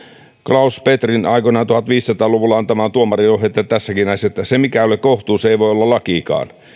olaus petrin aikoinaan tuhatviisisataa luvulla antamaa tuomarinohjetta tässäkin asiassa että se mikä ei ole kohtuus ei voi olla lakikaan